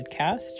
podcast